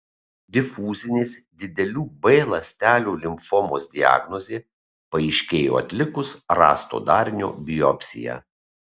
difuzinės didelių b ląstelių limfomos diagnozė paaiškėjo atlikus rasto darinio biopsiją